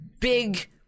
big